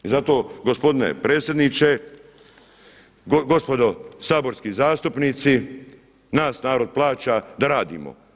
I zato gospodine predsjedniče, gospodo saborski zastupnici nas narod plaća da radimo.